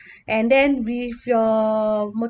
and then with your